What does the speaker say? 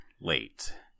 late